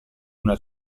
una